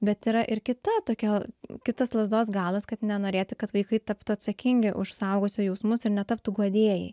bet yra ir kita tokia kitas lazdos galas kad nenorėti kad vaikai taptų atsakingi už suaugusio jausmus ir netaptų guodėjai